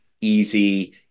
easy